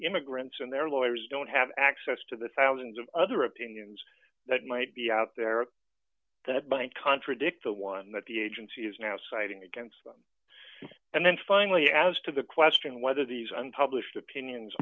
immigrants and their lawyers don't have access to the thousands of other opinions that might be out there that bank contradict the one that the agency is now citing against them and then finally as to the question whether these unpublished opinions